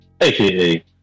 Aka